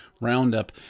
roundup